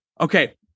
Okay